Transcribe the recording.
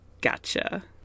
gotcha